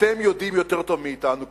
אתם יודעים יותר טוב מאתנו,